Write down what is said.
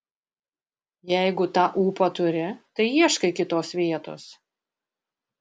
jeigu tą ūpą turi tai ieškai kitos vietos